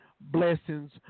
blessings